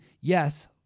Yes